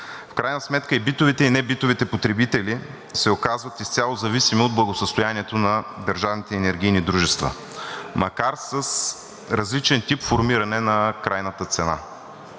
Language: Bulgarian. В крайна сметка и битовите, и небитовите потребители се оказват изцяло зависими от благосъстоянието на държавните енергийни дружества, макар с различен тип формиране на крайната цена.